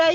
આઈ